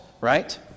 right